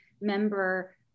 member